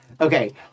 Okay